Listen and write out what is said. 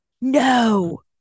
No